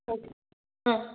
okay ஆ